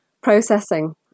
processing